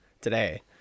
today